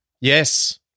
yes